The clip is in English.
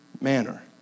manner